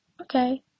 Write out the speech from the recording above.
okay